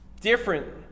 different